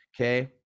okay